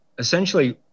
Essentially